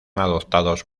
adoptados